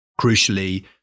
crucially